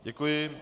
Děkuji.